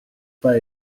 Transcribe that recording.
pas